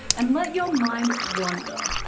and let your mind wander.